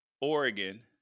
Oregon